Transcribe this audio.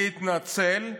להתנצל,